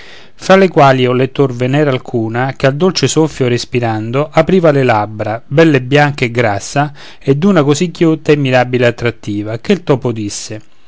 fra le quali o lettor ve n'era alcuna che al dolce soffio respirando apriva le labbra bella e bianca e grassa e d'una così ghiotta e mirabile attrattiva che il topo disse